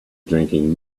drinking